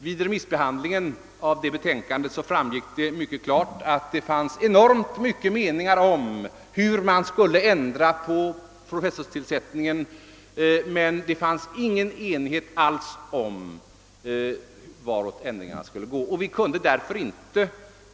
Vid remissbehandlingen av detta betänkande framgick det mycket klart att det fanns många olika uppfattningar om hur professorstillsättningarna borde gå till, men man kunde inte uppnå enighet om vilka ändringar som borde vidtas.